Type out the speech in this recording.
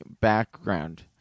background